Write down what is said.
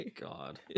God